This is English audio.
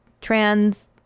trans